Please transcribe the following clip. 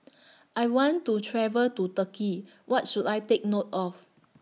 I want to travel to Turkey What should I Take note of